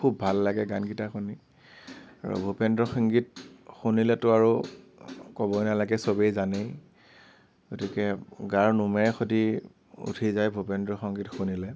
খুব ভাল লাগে গানকেইটা শুনি ভূপেন্দ্ৰ সংগীত শুনিলেটো আৰু ক'বই নালাগে চবেই জানেই গতিকে গাৰ নোমে সতি উঠি যায় ভূপেন্দ্ৰ সংগীত শুনিলে